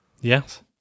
yes